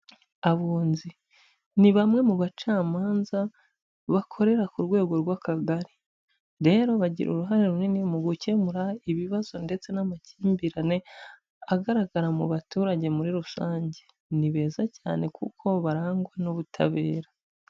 Abunzi, ni bamwe mu bacamanza bakorera ku rwego rw'Akagari, rero bagira uruhare runini mu gukemura ibibazo ndetse n'amakimbirane agaragara mu baturage muri rusange, ni beza cyane kuko barangwa n'ubutabera.